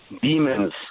demons